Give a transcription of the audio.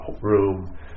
room